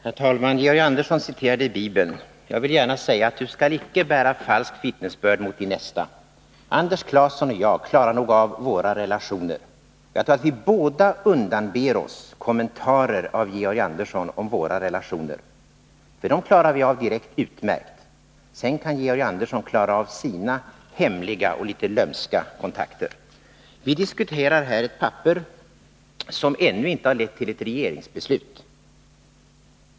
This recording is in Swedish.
Herr talman! Georg Andersson citerade Bibeln. Jag vill gärna säga: Du skall icke bära falskt vittnesbörd mot din nästa. Jag tror att både Anders Clason och jag undanber oss kommentarer av Georg Andersson om våra relationer. Dem klarar vi av utmärkt direkt. Sedan kan Georg Andersson klara av sina hemliga och litet lömska kontakter! Vi diskuterar här ett papper som ännu inte har lett till ett regeringsbeslut.